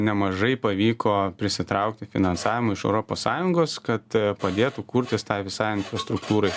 nemažai pavyko prisitraukti finansavimo iš europos sąjungos kad padėtų kurtis tai visai infrastruktūrai